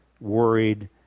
worried